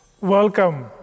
Welcome